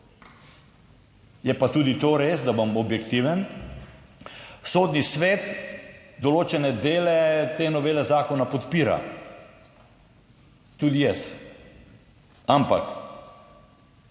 Je pa tudi to res, da bom objektiven, Sodni svet določene dele te novele zakona podpira tudi jaz, ampak